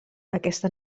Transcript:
aquesta